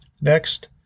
Next